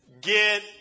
Get